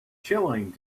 chilling